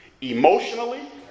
emotionally